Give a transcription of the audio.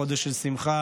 חודש של שמחה,